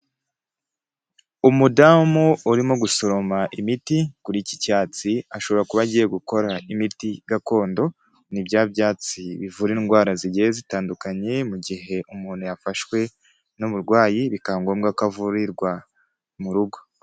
Umudamu urimo gusoroma imiti kuri iki cyatsi, ashobora kuba agiye gukora imiti gakondo, ni bya byatsi bivura indwara zigiye zitandukanye mu gihe umuntu yafashwe n'uburwayi bikaba ngombwa ko avurirwa mu rugo.